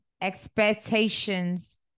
expectations